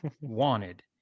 wanted